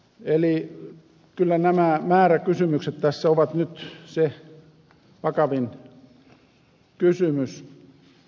eli kyllä nämä määräkysymykset tässä ovat nyt se vakavin kysymys